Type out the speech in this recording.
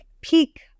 peak